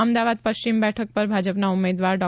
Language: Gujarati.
અમદાવાદ પશ્ચિમ બેઠક પર ભાજપના ઉમેદવાર ડો